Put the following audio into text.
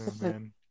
man